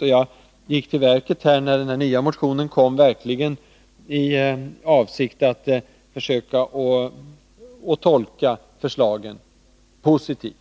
När den nya motionen kom gick jag verkligen till verket i avsikt att försöka tolka förslagen positivt